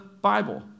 Bible